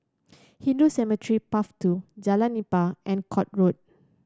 Hindu Cemetery Path Two Jalan Nipah and Court Road